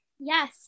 yes